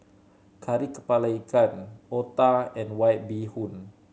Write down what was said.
Kari Kepala Ikan otah and White Bee Hoon